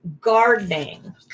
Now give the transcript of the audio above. gardening